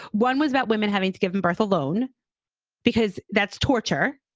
one was about women having given birth alone because that's torture.